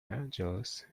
angeles